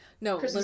No